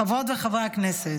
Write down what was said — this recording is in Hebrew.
חברות וחברי הכנסת,